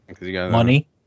money